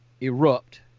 erupt